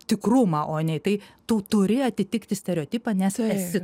tikrumą o ne į tai tu turi atitikti stereotipą nes esi